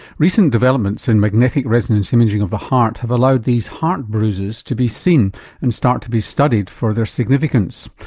recent developments in magnetic resonance imaging of the heart have allowed these heart bruises to be seen and start to be studied for their significance.